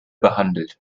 behandelt